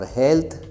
health